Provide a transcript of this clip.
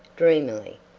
dreamily.